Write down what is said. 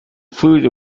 food